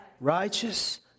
Righteous